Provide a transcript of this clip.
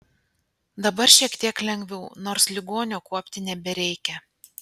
dabar šiek tiek lengviau nors ligonio kuopti nebereikia